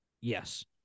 Yes